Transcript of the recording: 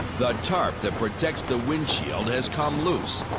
the tarp that protects the windshield has come loose.